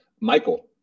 michael